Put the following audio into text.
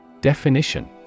Definition